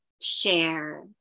share